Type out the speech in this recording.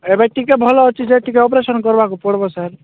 ଏବେ ଟିକେ ଭଲ ଅଛି ଯେ ଟିକେ ଅପରେସନ୍ କରିବାକୁ ପଡ଼ିବ ସାର୍